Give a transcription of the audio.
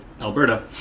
Alberta